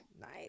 Nice